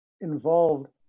involved